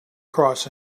cross